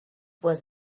was